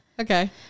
okay